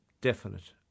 definite